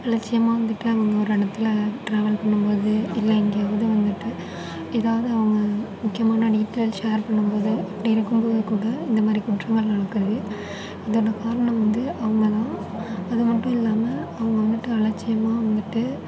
அலட்சியமா வந்துட்டு அவங்க ஒரு எடத்தில் ட்ராவல் பண்ணும் போது இல்லை இங்கே இது வந்துட்டு ஏதாவது அவங்க முக்கியமான டீடைல்ஸ் ஷேர் பண்ணும் போது அப்படி இருக்கும் போது கூட இந்த மாதிரி குற்றங்கள் நடக்குது இதோடய காரணம் வந்து அவங்கதான் அது மட்டும் இல்லாமல் அவங்க வந்துட்டு அலட்சியமா வந்துட்டு